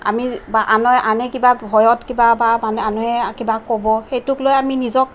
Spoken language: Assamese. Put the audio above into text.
আমি বা আনে আনে কিবা ভয়ত কিবা এটা মানুহে কিবা ক'ব সেইটোক লৈ আমি নিজক